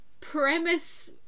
premise